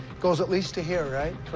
goes at least to here, right?